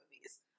movies